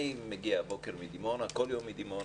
אני מגיע הבוקר מדימונה, כל יום מדימונה.